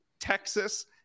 Texas